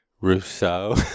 Rousseau